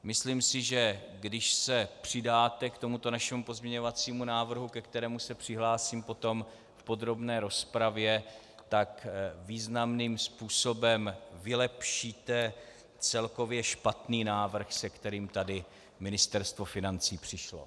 Myslím si, že když se přidáte k tomuto našemu pozměňovacímu návrhu, ke kterému se přihlásím potom v podrobné rozpravě, tak významným způsobem vylepšíte celkově špatný návrh, se kterým tady Ministerstvo financí přišlo.